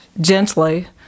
gently